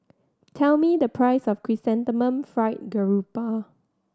tell me the price of Chrysanthemum Fried Garoupa